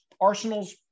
Arsenal's